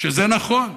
שזה נכון.